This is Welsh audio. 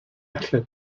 allai